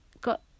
got